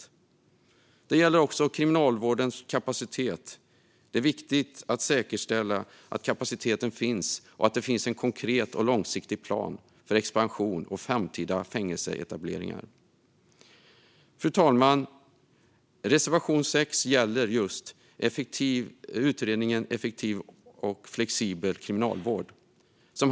Vi har även en reservation om Kriminalvårdens kapacitet. Det är viktigt att säkerställa att kapaciteten finns och att det finns en konkret och långsiktig plan för expansion och framtida fängelseetableringar. Fru talman! Reservation 6 handlar om utredningen En effektiv och flexibel kriminalvård.